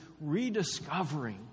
rediscovering